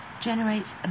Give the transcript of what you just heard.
generates